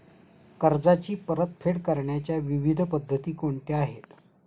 कर्जाची परतफेड करण्याच्या विविध पद्धती कोणत्या आहेत?